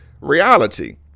reality